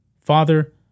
Father